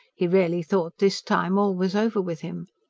he really thought this time all was over with him.